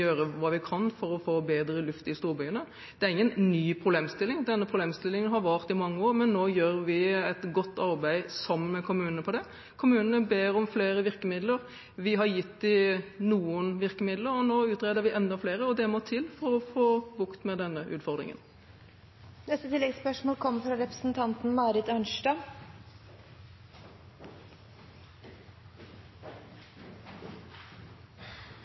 hva vi kan for å få bedre luft i storbyene. Det er ingen ny problemstilling, denne problemstillingen har vart i mange år, men nå gjør vi et godt arbeid sammen med kommunene på det. Kommunene ber om flere virkemidler. Vi har gitt dem noen virkemidler, og nå utreder vi enda flere, og det må til for å få bukt med denne